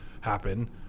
happen